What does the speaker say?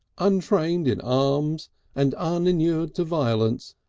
untrained in arms and uninured to violence,